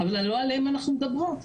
אבל לא עליהן אנחנו מדברות.